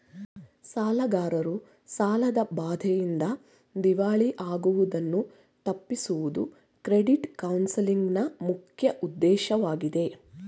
ಸಾಲಗಾರರು ಸಾಲದ ಬಾಧೆಯಿಂದ ದಿವಾಳಿ ಆಗುವುದನ್ನು ತಪ್ಪಿಸುವುದು ಕ್ರೆಡಿಟ್ ಕೌನ್ಸಲಿಂಗ್ ನ ಮುಖ್ಯ ಉದ್ದೇಶವಾಗಿದೆ